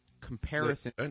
comparison